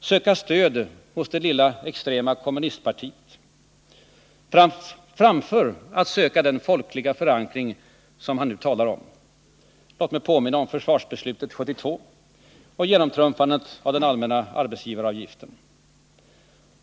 söka stöd hos det lilla extrema kommunistpartiet framför att söka den folkliga förankring som han nu talar om. Låt mig påminna om försvarsbeslutet 1972 och genomtrumfandet av den allmänna arbetsgivaravgiften.